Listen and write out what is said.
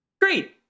Great